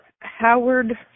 Howard